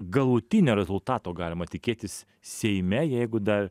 galutinio rezultato galima tikėtis seime jeigu dar